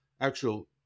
actual